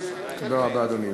תודה רבה, אדוני.